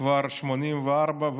כבר 84,